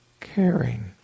caring